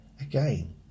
again